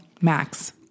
Max